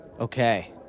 Okay